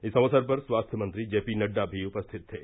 इस अवसर पर स्वास्थ्य मंत्री जे पी नड्डा भी उपस्थित थे